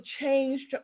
changed